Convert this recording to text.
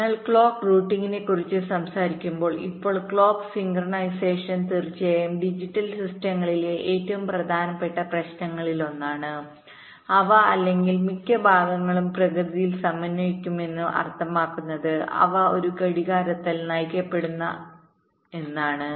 അതിനാൽ ക്ലോക്ക് റൂട്ടിംഗിനെക്കുറിച്ച് സംസാരിക്കുമ്പോൾ ഇപ്പോൾ ക്ലോക്ക് സിൻക്രൊണൈസേഷൻതീർച്ചയായും ഡിജിറ്റൽ സിസ്റ്റങ്ങളിലെഏറ്റവും പ്രധാനപ്പെട്ട പ്രശ്നങ്ങളിലൊന്നാണ് അവ അല്ലെങ്കിൽ മിക്ക ഭാഗങ്ങളും പ്രകൃതിയിൽ സമന്വയിപ്പിക്കുന്നത് അർത്ഥമാക്കുന്നത് അവ ഒരു ഘടികാരത്താൽ നയിക്കപ്പെടുന്നു എന്നാണ്